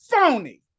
phony